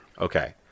Okay